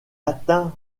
atteint